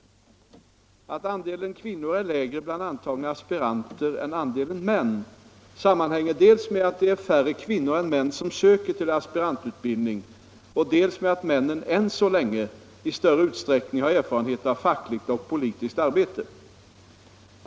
Att andelen kvinnor är lägre bland antagna aspiranter än andelen män sammanhänger dels med att det är färre kvinnor än män som söker till aspirantutbildning, dels med att männen än så länge i större utsträckning har erfarenhet av fackligt och politiskt arbete.